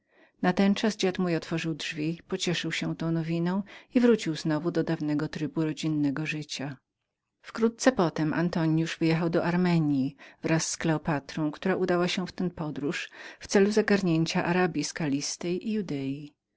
na wielkiego kapłana natenczas dziad mój otworzył drzwi pocieszył się tą nowiną i wrócił znowu do dawnego trybu rodzinnego życia wkrótce potem antonius wyjechał do armenji wraz z kleopatrą która udała się w tę podróż w celu zagarnięcia arabji skalistej i